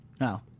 No